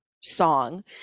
song